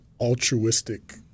altruistic